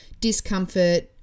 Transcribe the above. discomfort